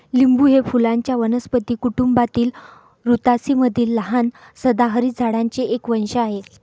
लिंबू हे फुलांच्या वनस्पती कुटुंबातील रुतासी मधील लहान सदाहरित झाडांचे एक वंश आहे